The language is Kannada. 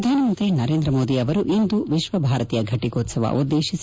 ಪ್ರಧಾನ ಮಂತ್ರಿ ನರೇಂದ್ರ ಮೋದಿ ಅವರು ಇಂದು ವಿಶ್ವ ಭಾರತಿಯ ಘಟಿಕೋತ್ಸವ ಉದ್ದೇತಿಸಿ